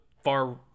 far